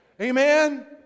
Amen